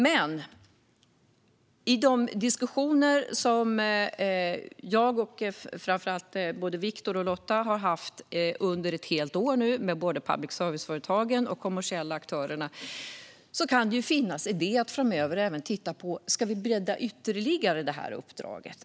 Men i de diskussioner som jag och framför allt Viktor och Lotta har fört under ett helt år nu med både public service-företagen och de kommersiella aktörerna kan det vara en idé att framöver även titta på om vi ska bredda uppdraget ytterligare.